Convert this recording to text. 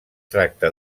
tracta